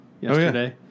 yesterday